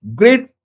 great